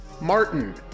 Martin